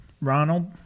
Ronald